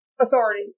authority